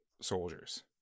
soldiers